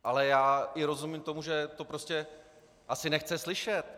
Ale já i rozumím tomu, že to prostě asi nechce slyšet.